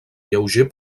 lleuger